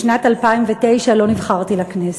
בשנת 2009 לא נבחרתי לכנסת,